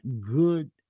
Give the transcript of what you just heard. good